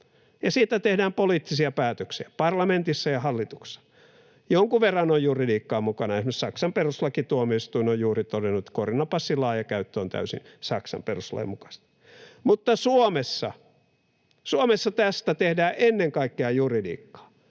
siitä tehdään poliittisia päätöksiä parlamentissa ja hallituksessa. Jonkun verran on juridiikkaa mukana; esimerkiksi Saksan perustuslakituomioistuin on juuri todennut, että koronapassin laaja käyttö on täysin Saksan perustuslain mukaista. Mutta Suomessa, Suomessa tästä tehdään ennen kaikkea juridiikkaa.